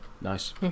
nice